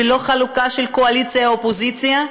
ולא חלוקה של קואליציה אופוזיציה.